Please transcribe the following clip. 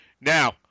now